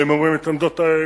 והם אומרים את עמדותיהם,